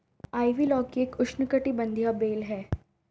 ivy लौकी एक उष्णकटिबंधीय बेल है